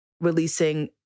releasing